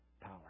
power